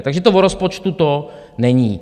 Takže o rozpočtu to není.